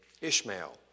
Ishmael